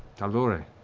tal'dorei,